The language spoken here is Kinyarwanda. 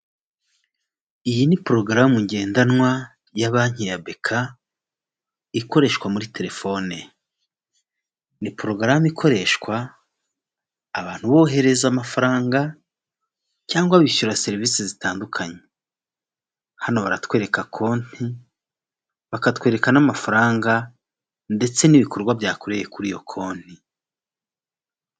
Iyi ni porogaramu ngendanwa ya banki ya beka ikoreshwa muri telefone. Ni porogaramu ikoreshwa abantu bohereza amafaranga cyangwa bishyura serivisi zitandukanye, hano baratwereka konti bakatwereka n'amafaranga ndetse n'ibikorwa byakoreye kuri iyo konti.